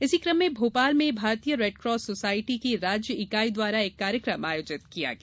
इस कम में भोपाल में भारतीय रेडकास सोसायटी की राज्य इकाई द्वारा एक कार्यक्रम आयोजित किया गया